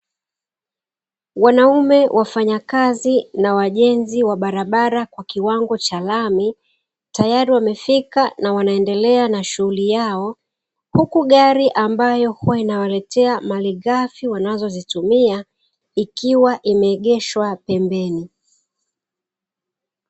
Wanaume wafanyakazi na wajenzi wa barabara kwa kiwango cha rami, tayari wamefika na wanaendelea na shughuli yao huku gari ambayo huwa inawaletea malighafi wanazozitumia ikiwa imeegeshwa pembeni.